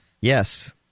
Yes